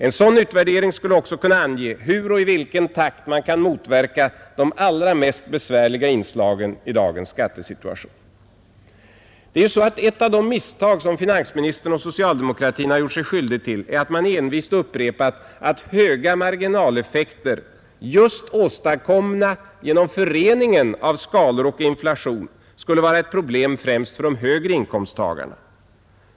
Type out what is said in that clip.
En sådan utvärdering skulle också kunna ange hur och i vilken takt man kan motverka de allra mest besvärliga inslagen i dagens skattesituation. Ett av de misstag som finansministern och socialdemokratin har gjort sig skyldiga till är ju att man envist upprepat att höga marginaleffekter, just åstadkomna genom föreningen av skalor och inflation, skulle vara ett problem främst för de högre inkomsttagarna.